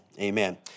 Amen